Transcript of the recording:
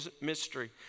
mystery